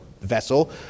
vessel